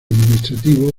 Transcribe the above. administrativo